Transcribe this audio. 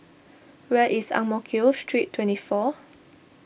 where is Ang Mo Kio Street twenty four